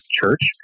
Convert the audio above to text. church